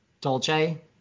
Dolce